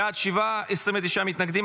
בעד, שבעה, 29 מתנגדים.